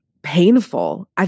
painful